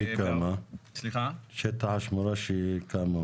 כמה שטח השמורה?